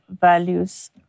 values